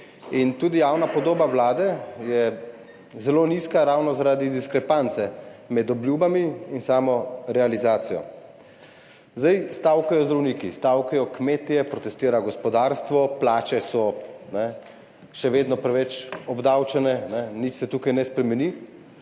Tudi javna podoba vlade je zelo nizka ravno zaradi diskrepance med obljubami in samo realizacijo. Zdaj stavkajo zdravniki, stavkajo kmetje, protestira gospodarstvo, plače so še vedno preveč obdavčene, nič se tukaj ne spremeni,